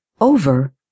over